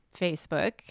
Facebook